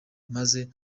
maze